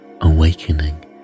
awakening